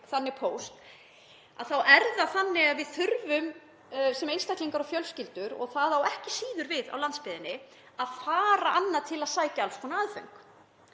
þannig póst þá er það þannig að við þurfum sem einstaklingar og fjölskyldur, og það á ekki síður við á landsbyggðinni, að fara annað til að sækja alls konar aðföng,